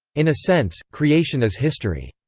in a sense, creation is history.